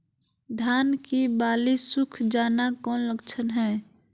धान की बाली सुख जाना कौन लक्षण हैं?